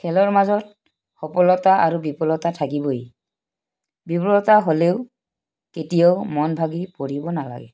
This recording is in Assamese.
খেলৰ মাজত সফলতা আৰু বিফলতা থাকিবই বিফলতা হ'লেও কেতিয়াও মন ভাগি পৰিব নালাগে